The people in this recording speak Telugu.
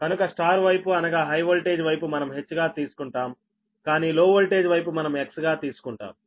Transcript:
కనుక స్టార్ వైపు అనగా హై వోల్టేజ్ వైపు మనం H గా తీసుకుంటాం కానీ లోఓల్టేజ్ వైపు మనం X గా తీసుకుంటాం